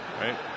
right